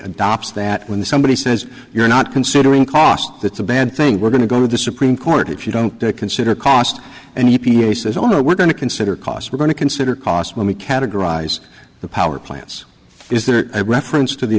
adopts that when somebody says you're not considering cost that's a bad thing we're going to go to the supreme court if you don't consider cost and he says owner we're going to consider costs we're going to consider cost when we categorize the power plants is there a reference to the